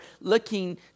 looking